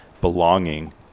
belonging